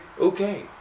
okay